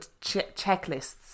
checklists